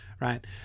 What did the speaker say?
right